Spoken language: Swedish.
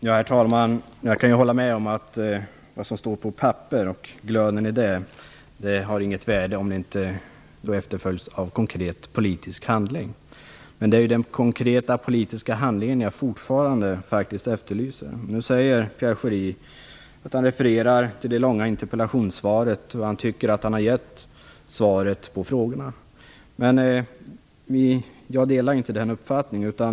Herr talman! Jag kan hålla med om att glöden i det som står på papper inte har något värde om den inte efterföljs av konkret politisk handling. Det är den konkreta politiska handlingen jag fortfarande efterlyser. Pierre Schori refererar till det långa interpellationssvaret. Han tycker att han har givit svar på frågorna. Jag delar inte den uppfattningen.